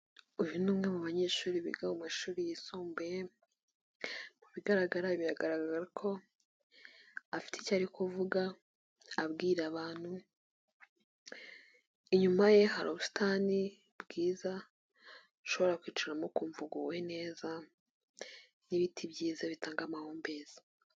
Uyu ni umwe mu banyeshuri biga mu mashuri yisumbuye mu bigaragara biragaragara ko afite icyo ari kuvuga abwira abantu, inyuma ye hari ubusitani bwiza ushobora kwicamo ukumva uguwe neza, ni ibiti byiza bitanga amahumbezi.